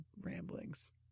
ramblings